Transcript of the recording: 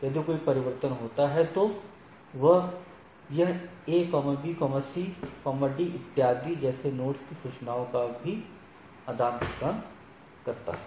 यदि कोई परिवर्तन होता है तो यह A B C Dइत्यादि जैसे नोड्स की सूचनाओं का भी आदान प्रदान करता है